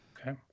Okay